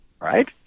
right